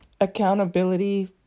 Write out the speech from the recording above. accountability